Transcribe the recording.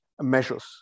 measures